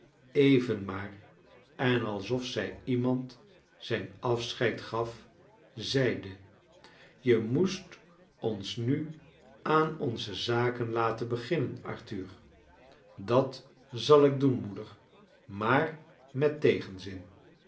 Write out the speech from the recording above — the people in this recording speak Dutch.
even maar en alsof zij iemand zijn afscheid gaf zeide je moest ons nu aan onze zaken laten beginnen arthur dat zal ik doen m oeder maar met tegenzin